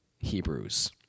Hebrews